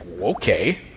Okay